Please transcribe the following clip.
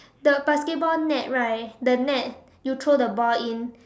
the basketball net right the net you throw the ball in